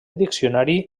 diccionari